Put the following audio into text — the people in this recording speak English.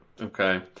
okay